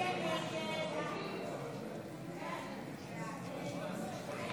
הסתייגות 4 לא נתקבלה.